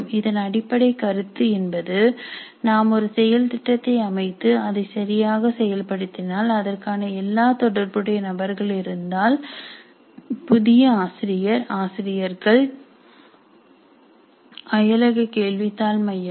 இதன் அடிப்படை கருத்து என்பது நாம் ஒரு செயல்திட்டத்தை அமைத்துஅதை சரியாக செயல் படுத்தினால் அதற்கான எல்லா தொடர்புடைய நபர்கள் இருந்தால் புதிய ஆசிரியர் ஆசிரியர்கள் அயலக கேள்வித்தாள் மையங்கள்